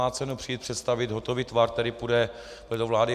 Nemá cenu přijít představit hotový tvar, který půjde do vlády.